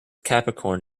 capricorn